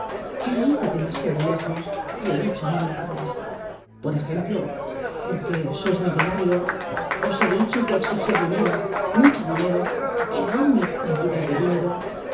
he ido demasiado lejos y he dicho mil locuras por'ejemplo porque sois millonario os he dicho que exigia dinero mucho dinero enorme cantidad de dinero